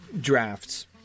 drafts